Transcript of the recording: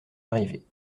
arrivés